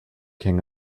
king